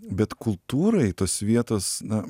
bet kultūrai tos vietos na